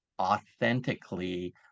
authentically